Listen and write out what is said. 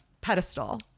pedestal